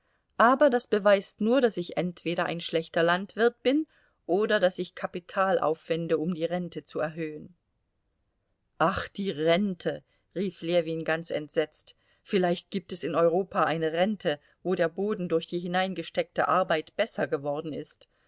aber das beweist nur daß ich entweder ein schlechter landwirt bin oder daß ich kapital aufwende um die rente zu erhöhen ach die rente rief ljewin ganz entsetzt vielleicht gibt es in europa eine rente wo der boden durch die hineingesteckte arbeit besser geworden ist